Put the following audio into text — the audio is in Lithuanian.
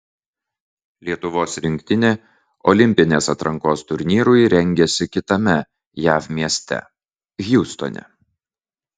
lietuvos rinktinė olimpinės atrankos turnyrui rengiasi kitame jav mieste hjustone